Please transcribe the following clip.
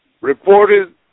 reported